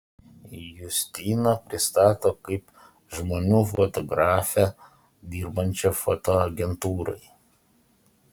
justiną pristato kaip žmonių fotografę dirbančią fotoagentūrai